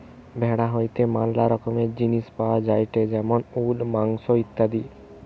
ভেড়া হইতে ম্যালা রকমের জিনিস পাওয়া যায়টে যেমন উল, মাংস ইত্যাদি